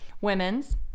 women's